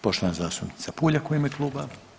Poštovana zastupnica Puljak u ime kluba.